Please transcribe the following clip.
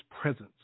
presence